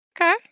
Okay